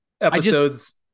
episodes